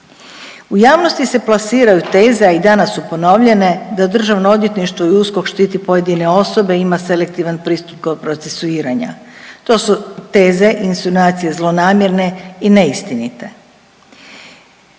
U javnosti se plasiraju teze, a i danas su ponovljene da Državno odvjetništvo i USKOK štiti pojedine osobe i ima selektivan pristup kod procesuiranja. To su teze, insinuacije zlonamjerne i neistinite.